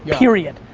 period.